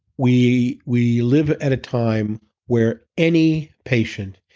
we we live at a time where any patient,